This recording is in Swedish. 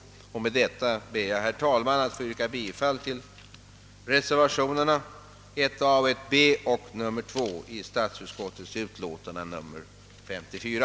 Med detta ber jag, herr talman, att få yrka bifall till reservationerna 1 a, 1 b och 2 i statsutskottets utlåtande nr 54.